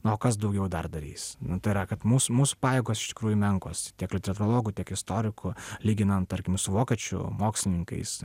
nu o kas daugiau dar darys nu tai yra kad mus mūsų pajėgos iš tikrųjų menkos tiek literatūrologų tiek istorikų lyginant tarkim su vokiečių mokslininkais